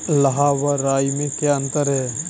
लाह व राई में क्या अंतर है?